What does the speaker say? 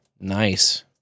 nice